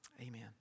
Amen